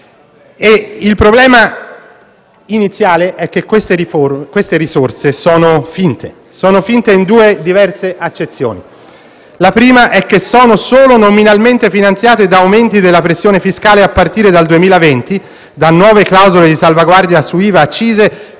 Il problema iniziale è che le risorse sono finte in due diverse accezioni: in primo luogo, sono solo nominalmente finanziate da aumenti della pressione fiscale a partire dal 2020, da nuove clausole di salvaguardia su IVA e accise